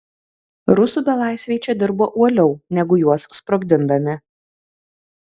rusų belaisviai čia dirbo uoliau negu juos sprogdindami